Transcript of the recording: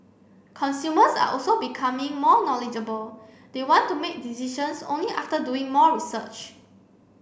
consumers are also becoming more knowledgeable they want to make decisions only after doing more research